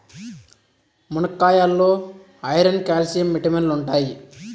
మునక్కాయాల్లో iron, calcium విటమిన్లు ఉంటాయి